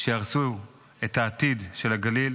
שיהרסו את העתיד של הגליל.